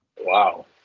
Wow